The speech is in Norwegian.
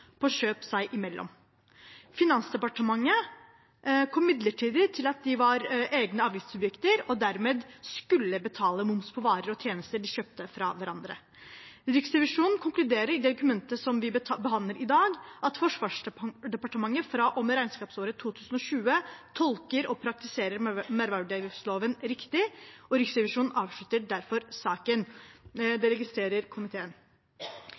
kjøp seg imellom. Finansdepartementet kom imidlertid til at de var egne avgiftssubjekter og dermed skulle betale moms på varer og tjenester de kjøpte fra hverandre. Riksrevisjonen konkluderer i det dokumentet som vi behandler i dag, at Forsvarsdepartementet fra og med regnskapsåret 2020 tolker og praktiserer merverdiavgiftsloven riktig, og Riksrevisjonen avslutter derfor saken. Det registrerer komiteen.